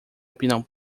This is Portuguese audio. opinião